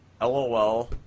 LOL